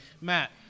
Matt